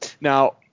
now